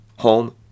home